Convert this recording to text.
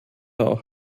auch